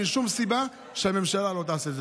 אין שום סיבה שהממשלה לא תעשה את זה.